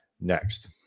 next